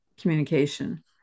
communication